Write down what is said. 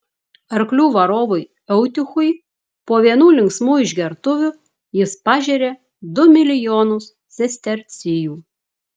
arklių varovui eutichui po vienų linksmų išgertuvių jis pažėrė du milijonus sestercijų